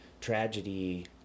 tragedy